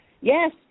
Yes